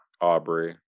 Aubrey